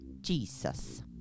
Jesus